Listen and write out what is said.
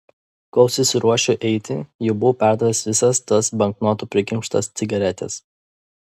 kol susiruošiu eiti jau buvau perdavęs visas tas banknotų prikimštas cigaretes